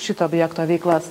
šito objekto veiklas